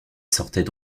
sortaient